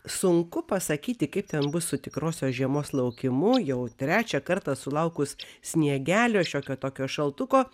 sunku pasakyti kaip ten bus su tikrosios žiemos laukimu jau trečią kartą sulaukus sniegelio šiokio tokio šaltuko